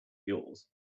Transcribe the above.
yours